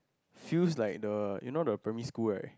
feels like the you know the primary school like